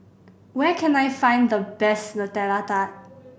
where can I find the best Nutella Tart